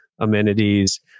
amenities